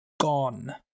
Gone